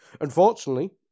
Unfortunately